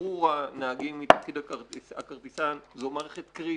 ושחרור הנהגים מתפקיד הכרטיסן, זו מערכת קריטית.